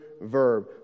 verb